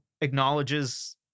acknowledges